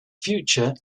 future